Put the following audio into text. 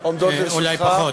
אולי פחות.